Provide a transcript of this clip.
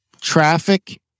traffic